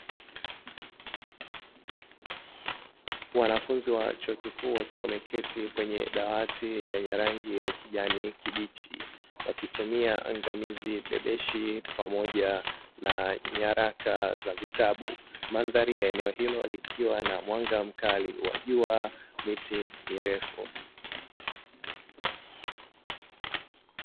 Wanafunzi wa chuo kikuu wakiwa wameketi kwenye dawati lenye rangi ya kijani kibichi wakitumia ngamizi, bebeshi pamoja na nyaraka za vitabu mandhari ya eneo hilo likiwa na mwanga mkali wa jua miti mirefu.